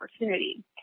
opportunity